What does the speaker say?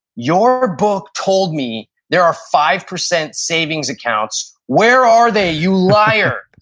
your book told me there are five percent savings accounts, where are they you liar?